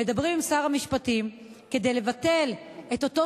ומדברים עם שר המשפטים כדי לבטל את אותו